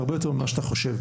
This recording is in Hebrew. זה הרבה יותר ממה שאתה חושב,